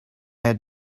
had